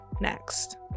next